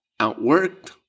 outworked